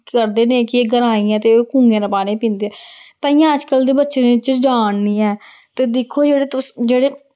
करदे निं कि एह् ग्राईं ऐ ते एह् कुएं दा पानी पींदे ताइयें अजकल्ल दे बच्चें च जान निं ऐ ते दिक्खो जेह्ड़े तुस जेह्ड़े